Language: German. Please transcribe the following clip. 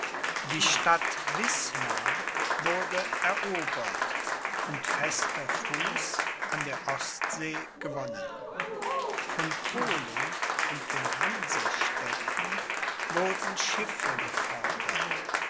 die stadt wismar wurde erobert und fester fuß an der ostsee gewonnen von polen und den hansestädten wurden schiffe gefordert